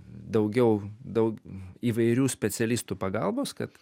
daugiau daug įvairių specialistų pagalbos kad